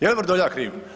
Jel Vrdoljak kriv?